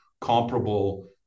comparable